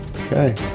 Okay